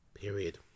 period